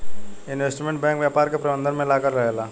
investment bank व्यापार के प्रबंधन में लागल रहेला